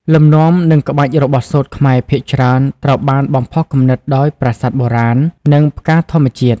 លំនាំ និងក្បាច់របស់សូត្រខ្មែរភាគច្រើនត្រូវបានបំផុសគំនិតដោយ ប្រាសាទបុរាណ និងផ្កាធម្មជាតិ។